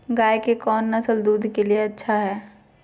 गाय के कौन नसल दूध के लिए अच्छा है?